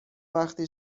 وقتی